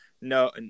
no